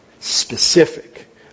specific